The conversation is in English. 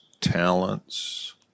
talents